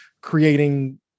creating